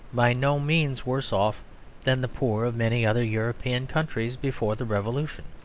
by no means worse off than the poor of many other european countries before the revolution.